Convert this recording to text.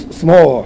small